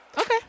Okay